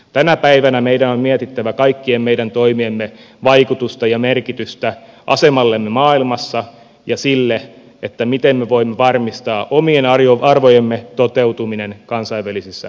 tänä päivänä meidän on mietittävä kaikkien meidän toimiemme vaikutusta ja merkitystä asemallemme maailmassa ja sille miten me voimme varmistaa omien arvojemme toteutumisen kansainvälisissä suhteissa